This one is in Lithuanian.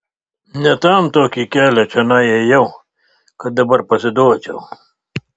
ne tam tokį kelią čionai ėjau kad dabar pasiduočiau